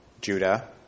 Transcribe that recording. Judah